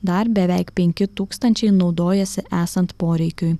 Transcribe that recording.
dar beveik penki tūkstančiai naudojasi esant poreikiui